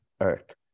earth